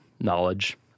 knowledge